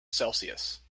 celsius